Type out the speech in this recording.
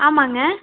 ஆமாம்ங்க